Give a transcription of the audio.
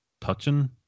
touching